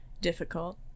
difficult